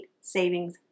savings